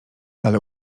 ale